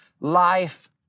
life